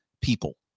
people